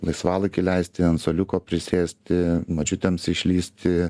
laisvalaikį leisti ant suoliuko prisėsti močiutėms išlįsti